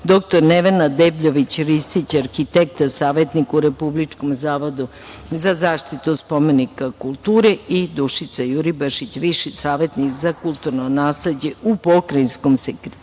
dr Nevena Debljović, viseći arhitekta, savetnik u Republičkom zavodu za zaštitu spomenika kulture i Dušica Juribašić, viši savetnik za kulturno nasleđe u Pokrajinskom sekretarijatu